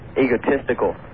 egotistical